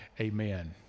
amen